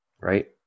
Right